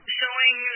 showing